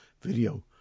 video